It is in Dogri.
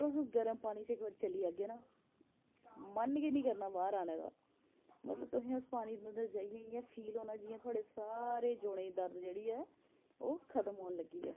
तुस उस गर्म पानी च इक बारी चली जागे ना मन गै नेई करना बाहर आने दा मतलब तुसें उस पानी अंदर जाइयै इयां फील होना जियां थुआढ़े सारे जोडे़ं गी दर्द जेहड़ी ऐ ओह् खत्म होन लगी ऐ